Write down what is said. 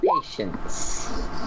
patience